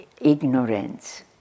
ignorance